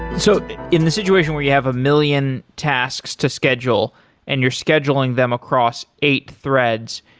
so in the situation where you have a million tasks to schedule and you are scheduling them across eight threads.